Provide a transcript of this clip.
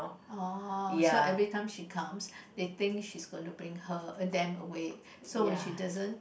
uh so every time she comes they think she's going to bring her them away so when she doesn't